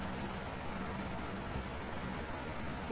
2 b c ஆல் வகுக்கப்பட்டுள்ளது